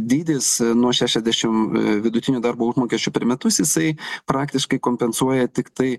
dydis nuo šešiasdešim vidutinio darbo užmokesčio per metus jisai praktiškai kompensuoja tiktai